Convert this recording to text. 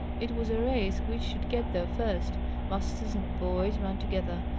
it was a race which should get there first masters and boys ran together.